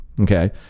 okay